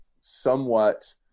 somewhat